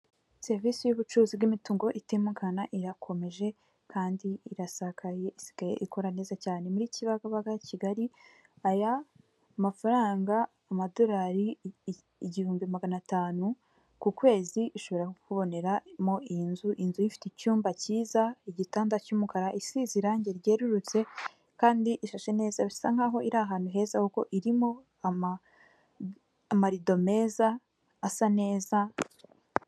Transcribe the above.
Serivisi y'ubucuruzi bw'imitungo itimukanwa irakomeje kandi irasakaye isigayekora neza cyane. Muri Kibagabaga Kigali aya mafaranga amadorari igihumbi magana atanu ku kwezi ishobora kuboneramo iyi nzu. Inzu ifite icyumba cyiza igitanda cy'umukara isize irangi ryerurutse kandi isha neza, bisa nkaho iri ahantu heza kuko irimo amarido meza asa neza.